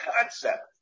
concept